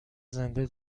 زنده